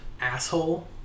asshole